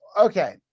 okay